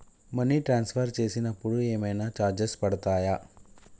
Money transfer చేసినప్పుడు ఏమైనా charges పడతయా?